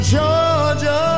Georgia